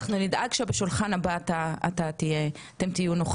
אנחנו נדאג שבשולחן הבא אתם תהיו נוכחים,